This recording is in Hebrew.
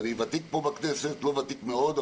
ואני ותיק פה בכנסת לא ותיק מאוד,